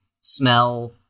smell